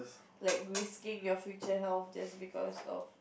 like risking your future health just because of